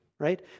Right